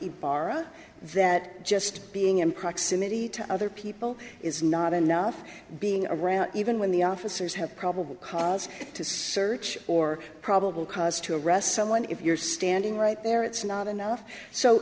ybarra that just being in proximity to other people is not enough being around even when the officers have probable cause to search or probable cause to arrest someone if you're standing right there it's not enough so